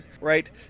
right